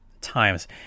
times